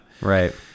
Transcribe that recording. Right